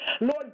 Lord